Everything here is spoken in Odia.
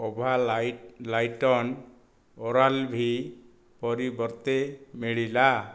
ଓଭାଲ୍ ଲାଇଟ ଲାଇଟନ୍ ଓରାଲ ଭି ପରିବର୍ତ୍ତେ ମିଳିଲା